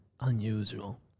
unusual